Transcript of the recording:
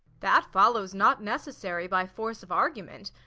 that follows not necessary by force of argument,